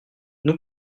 nous